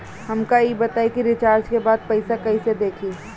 हमका ई बताई कि रिचार्ज के बाद पइसा कईसे देखी?